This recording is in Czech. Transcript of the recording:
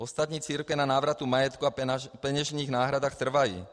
Ostatní církve na návratu majetku a peněžních náhradách trvají.